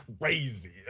crazy